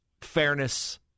fairness